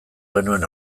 genuen